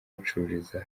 bacururiza